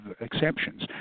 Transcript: exceptions